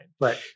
Right